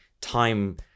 time